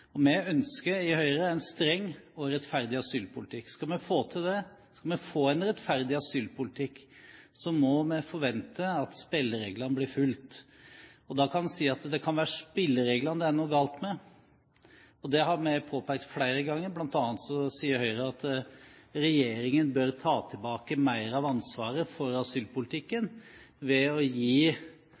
debatten. Vi ønsker i Høyre en streng og rettferdig asylpolitikk. Skal vi få til det, skal vi få til en rettferdig asylpolitikk, må vi forvente at spillereglene blir fulgt. Så kan man si at det er spillereglene det er noe galt med, og det har vi påpekt flere ganger. Blant annet sier Høyre at regjeringen bør ta tilbake mer av ansvaret for asylpolitikken ved å gi